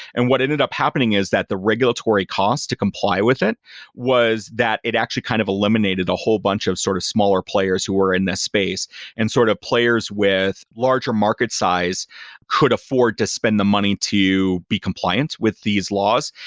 and what ended up happening is that the regulatory cost to comply with it was that it actually kind of eliminated a whole bunch of sort of smaller players who were in this space and sort of players with larger market size could afford to spend the money to be compliance with these laws.